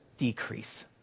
decrease